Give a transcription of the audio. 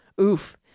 Oof